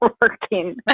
working